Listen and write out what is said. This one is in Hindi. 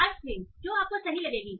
लार्ज स्क्रीन जो आपको सही लगेगी